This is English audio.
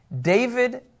David